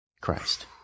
Christ